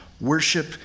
Worship